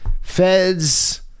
Fed's